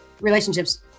relationships